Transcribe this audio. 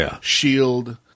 shield